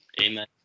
Amen